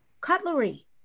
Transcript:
cutlery